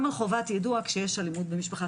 על חובת דיווח כשיש אלימות במשפחה.